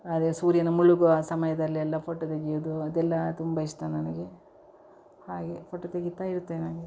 ಆದರೆ ಸೂರ್ಯನ ಮುಳುಗುವ ಸಮಯದಲ್ಲೆಲ್ಲ ಫೋಟೊ ತೆಗೆಯೋದು ಅದೆಲ್ಲ ತುಂಬ ಇಷ್ಟ ನನಗೆ ಹಾಗೆ ಫೋಟೊ ತೆಗಿತಾ ಇರುತ್ತೇನೆ ಹಾಗೆ